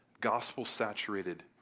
gospel-saturated